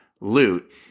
loot